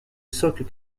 socle